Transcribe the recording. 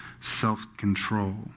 self-control